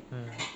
mm